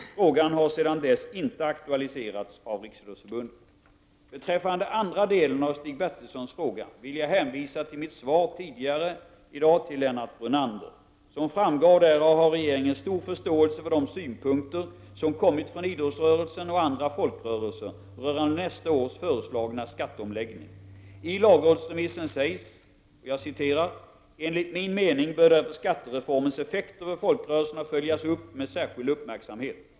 Frågan har sedan dess inte aktualiserats av Riksidrottsförbundet. Beträffande andra delen av Stig Bertilssons fråga vill jag hänvisa till mitt svar tidigare i dag till Lennart Brunander. Som framgår därav har regeringen stor förståelse för de synpunkter som kommit från idrottsrörelsen och andra folkrörelser rörande nästa års föreslagna skatteomläggning. I lagrådsremissen sägs: ”Enligt min mening bör därför skattereformens effekter för folkrörelserna följas upp med särskild uppmärksamhet.